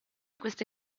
queste